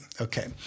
Okay